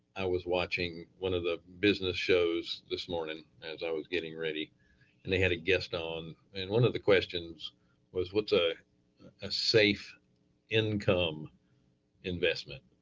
i was watching one of the business shows this morning as i was getting ready and they had a guest on and one of the questions was what's ah a safe income investment?